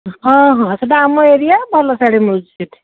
ହଁ ହଁ ସେଇଟା ଆମ ଏରିଆ ଭଲ ଶାଢ଼ୀ ମିଳୁଛି ସେଇଠି